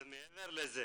אבל מעבר לזה,